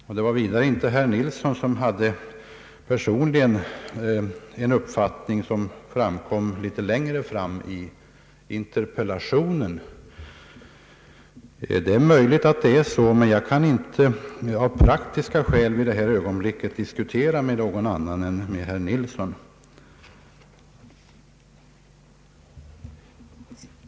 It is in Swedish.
Vidare var det inte herr Ferdinand Nilsson, som personligen hade den uppfattning som kom till uttryck litet längre fram i interpellationen. Det är möjligt att det är så som herr Ferdinand Nilsson påstår, men jag kan vid detta tillfälle av praktiska skäl inte diskutera med någon annan än herr Ferdinand Nilsson.